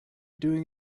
doing